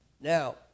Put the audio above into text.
Now